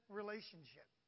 relationship